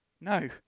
No